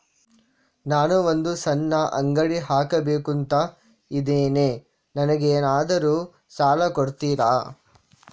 ನಾನು ಒಂದು ಸಣ್ಣ ಅಂಗಡಿ ಹಾಕಬೇಕುಂತ ಇದ್ದೇನೆ ನಂಗೇನಾದ್ರು ಸಾಲ ಕೊಡ್ತೀರಾ?